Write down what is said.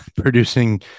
producing